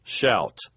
Shout